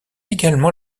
également